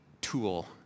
tool